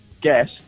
guess